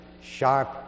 sharp